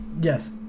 Yes